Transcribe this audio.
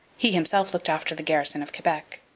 he himself looked after the garrison of quebec.